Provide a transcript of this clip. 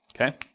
Okay